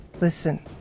listen